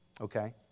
Okay